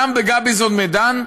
גם בגביזון-מדן,